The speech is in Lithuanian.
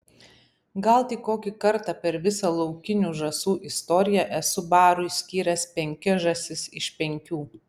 gal tik kokį kartą per visą laukinių žąsų istoriją esu barui skyręs penkias žąsis iš penkių